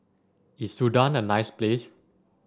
is Sudan a nice place